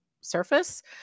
surface